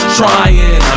trying